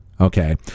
Okay